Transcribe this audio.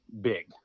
big